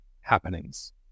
happenings